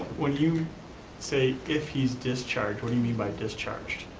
when you say if he's discharged, what do you mean by discharged?